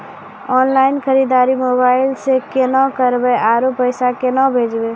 Online खरीददारी mobile से केना करबै, आरु पैसा केना भेजबै?